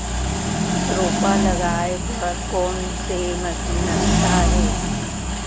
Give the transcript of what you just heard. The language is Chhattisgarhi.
रोपा लगाय बर कोन से मशीन अच्छा हे?